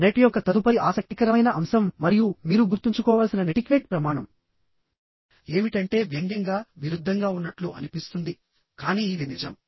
net యొక్క తదుపరి ఆసక్తికరమైన అంశం మరియు మీరు గుర్తుంచుకోవలసిన నెటిక్వేట్ ప్రమాణం ఏమిటంటే వ్యంగ్యంగా విరుద్ధంగా ఉన్నట్లు అనిపిస్తుంది కానీ ఇది నిజం